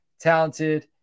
talented